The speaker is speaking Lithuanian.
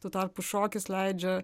tuo tarpu šokis leidžia